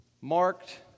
marked